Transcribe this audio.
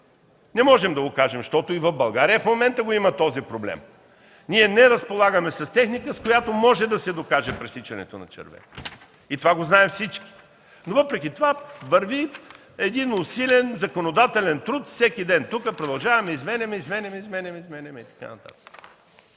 Не можем да го докажем, защото и в България в момента го има този проблем. Ние не разполагаме с техника, с която може да се докаже пресичането на червено. И това го знаят всички. Въпреки това върви един усилен законодателен труд всеки ден тук, продължаваме да изменяме, изменяме, изменяме и така нататък.